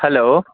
hello